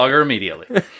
immediately